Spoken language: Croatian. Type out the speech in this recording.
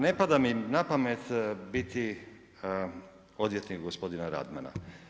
Ne pada mi na pamet biti odvjetnik gospodina Radmana.